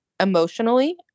emotionally